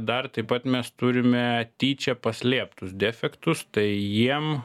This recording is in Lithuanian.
dar taip pat mes turime tyčia paslėptus defektus tai jiem